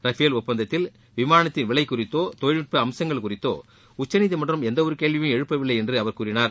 Rafale ஒப்பந்தத்தில் விமானத்தின் விலை குறித்தோ தொழில்நுட்ப அம்சங்கள் குறித்தோ உச்சநீதிமன்றம் எந்த ஒரு கேள்வியையும் எழுப்பவில்லை என்று அவர் கூறினார்